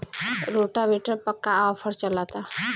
Rotavator पर का offer चलता?